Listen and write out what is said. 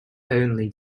only